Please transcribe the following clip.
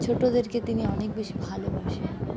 ছোটদেরকে তিনি অনেক বেশি ভালোবাসেন